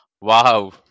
Wow